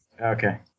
okay